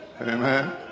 Amen